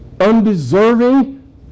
undeserving